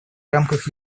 рамках